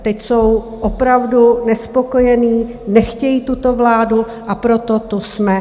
Teď jsou opravdu nespokojeni, nechtějí tuto vládu, a proto tu jsme.